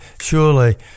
Surely